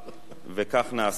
וכך נעשה.